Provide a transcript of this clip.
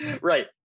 Right